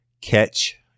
Catch